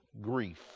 grief